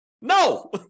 No